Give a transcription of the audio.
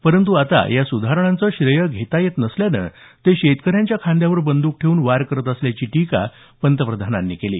परंतु आता या सुधारणांचं श्रेय घेता येत नसल्यानं ते शेतकऱ्यांच्या खांद्यावर बंद्का ठेवून वार करत असल्याची टीका पंतप्रधानांनी केली